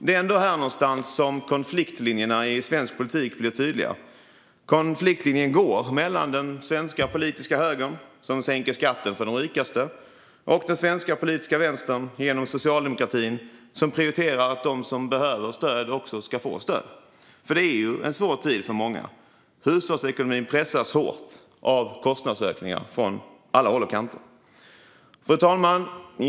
Det är här någonstans som konfliktlinjerna i svensk politik blir tydliga. Konfliktlinjen går mellan den svenska politiska högern, som sänker skatten för de rikaste, och den svenska politiska vänstern, genom socialdemokratin, som prioriterar att de som behöver stöd också ska få det. Det är en svår tid för många, och hushållsekonomin pressas hårt av kostnadsökningar från alla håll och kanter. Fru talman!